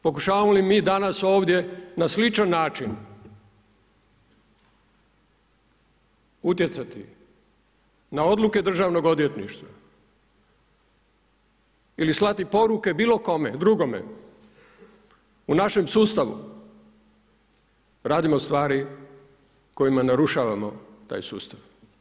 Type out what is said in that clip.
Pokušavamo li mi danas ovdje na sličan način utjecati na odluke državnog odvjetništva ili slati poruke bilo kome drugome u našem sustavu radimo stvari kojima narušavamo taj sustav.